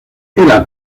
era